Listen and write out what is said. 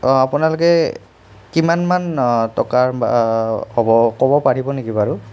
আপোনালোকে কিমানমান টকাৰ হ'ব ক'ব পাৰিব নেকি বাৰু